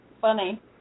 funny